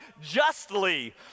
justly